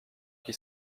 qui